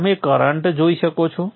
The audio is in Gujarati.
તમે કરંટ જોઇ શકો છો